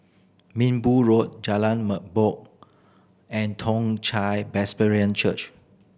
Minbu Road Jalan Merbok and Toong Chai Presbyterian Church